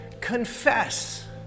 confess